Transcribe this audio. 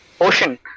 ocean